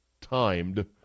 timed